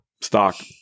stock